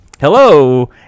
hello